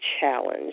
challenge